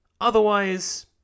Otherwise